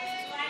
הצבעה.